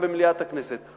גם במליאת הכנסת,